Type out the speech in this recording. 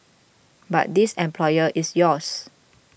but this employer is yours